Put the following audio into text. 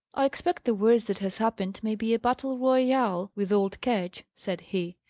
i expect the worst that has happened may be a battle royal with old ketch, said he.